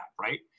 right